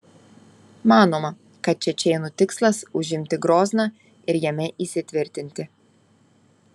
manoma kad čečėnų tikslas užimti grozną ir jame įsitvirtinti